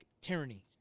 tyranny